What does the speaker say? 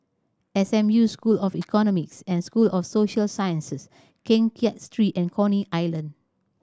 S M U School of Economics and School of Social Sciences Keng Kiat Street and Coney Island